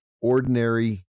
ordinary